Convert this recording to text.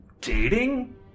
dating